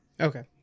Okay